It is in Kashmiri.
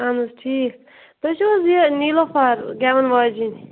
اَہَن حَظ ٹھیٖک تُہۍ چھِو حظ یہ نیٖلوفر گٮ۪ون واجٮ۪نۍ